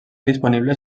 disponible